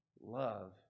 love